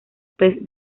pez